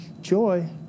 joy